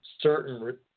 certain